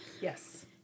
Yes